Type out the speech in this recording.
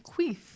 Queef